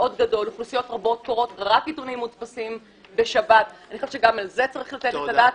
אוכלוסיות רבות קוראות רק עיתונים מודפסים בשבת גם על זה יש לדבר.